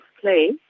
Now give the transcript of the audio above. play